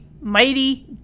Mighty